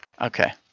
Okay